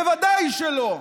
ודאי שלא.